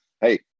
hey